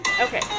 okay